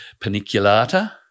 paniculata